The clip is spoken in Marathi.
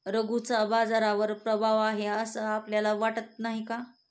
रघूचा बाजारावर प्रभाव आहे असं आपल्याला वाटत नाही का?